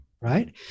right